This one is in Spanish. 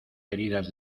heridas